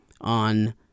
on